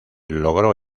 logró